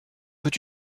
peux